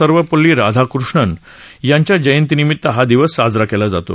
सर्वपल्ली राधाकृष्णन यांच्या जयंतिनिमित्त हा दिवस साजरा केला जातो